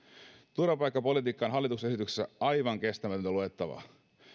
turvapaikkapolitiikka on hallituksen esityksessä aivan kestämätöntä luettavaa